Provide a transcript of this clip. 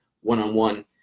one-on-one